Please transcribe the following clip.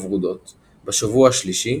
או ורודות בשבוע השלישי,